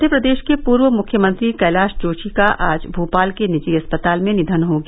मध्य प्रदेश के पूर्व मुख्यमंत्री कैलाश जोशी का आज भोपाल के निजी अस्पताल में निधन हो गया